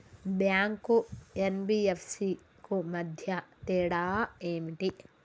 Bank కు NBFC కు మధ్య తేడా ఏమిటి?